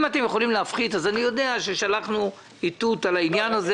אם אתם יכולים להפחית אז אני יודע ששלחנו איתות על העניין הזה,